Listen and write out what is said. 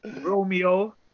Romeo